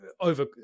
over